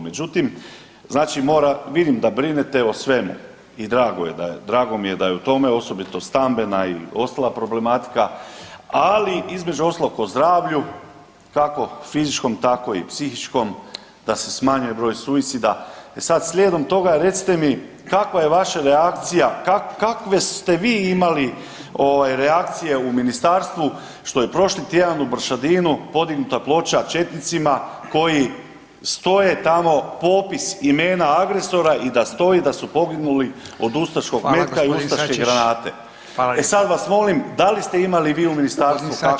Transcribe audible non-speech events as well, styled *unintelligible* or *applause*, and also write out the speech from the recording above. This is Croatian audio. Međutim, znači … *unintelligible* vidim da brinete o svemu, i drago mi je da je u tom osobito stambena i ostala problematika, ali između ostalog o zdravlju kako fizičkom, tako i psihičkom da se smanji broj suicida i sad slijedom toga recite mi, kakva je vaša reakcija, kakve ste vi imali reakcije u ministarstvu što je prošli tjedan u Bršadinu podignuta ploča četnicima koji stoje tamo, popis imena agresora i da stoji i da su poginuli od ustaškog metka i ustaške granate? [[Upadica Radin: Hvala lijepa.]] E sad vas molim, da li ste imali vi u ministarstvu kakav [[Upadica Radin: G. Sačić.]] eho toga?